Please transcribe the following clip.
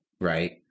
right